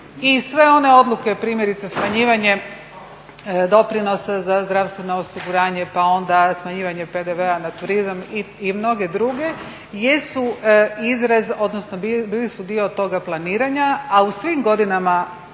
i sve one odluke primjerice smanjivanje doprinosa za zdravstveno osiguranje, pa onda smanjivanje PDV-a na turizam i mnoge druge jesu izraz, odnosno bile su dio toga planiranja. A u svim godinama